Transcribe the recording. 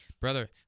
Brother